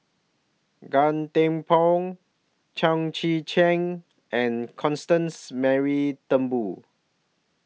Gan Thiam Poh Chao Tzee Cheng and Constance Mary Turnbull